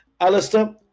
Alistair